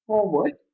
Forward